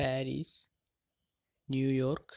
Paris New York